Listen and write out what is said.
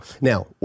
now